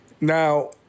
Now